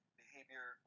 behavior